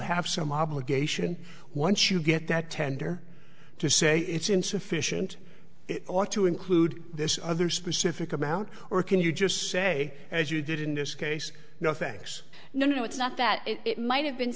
have some obligation once you get that tender to say it's insufficient it ought to include this other specific amount or can you just say as you did in this case no thanks no no it's not that it might have been